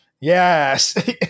Yes